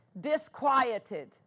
disquieted